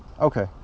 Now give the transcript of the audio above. Okay